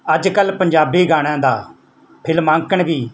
ਅੱਜ ਕੱਲ੍ਹ ਪੰਜਾਬੀ ਗਾਣਿਆਂ ਦਾ ਫਿਲਮਾਂਕਣ ਵੀ